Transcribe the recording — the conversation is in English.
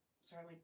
Sorry